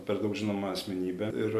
per daug žinoma asmenybė ir